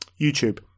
YouTube